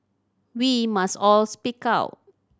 we must all speak out